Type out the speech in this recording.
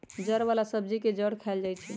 जड़ वाला सब्जी के जड़ खाएल जाई छई